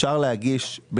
אפשר להגיש תקציב,